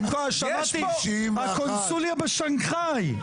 הקונסוליה בשנחאי.